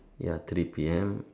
ya three P_M